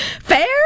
fair